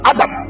Adam